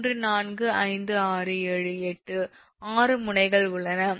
345678 6 முனைகள் உள்ளன